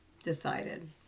decided